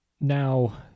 now